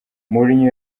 mourinho